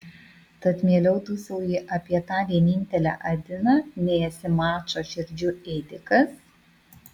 tad mieliau dūsauji apie tą vienintelę adiną nei esi mačo širdžių ėdikas